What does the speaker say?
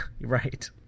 right